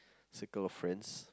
circle of friends